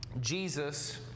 Jesus